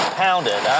pounded